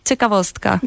Ciekawostka